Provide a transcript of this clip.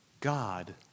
God